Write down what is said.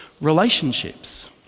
relationships